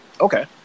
Okay